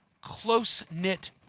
close-knit